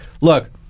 look